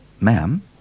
Ma'am